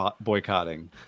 boycotting